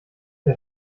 der